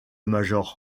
major